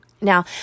Now